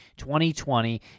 2020